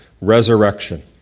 Resurrection